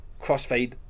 crossfade